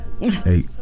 Hey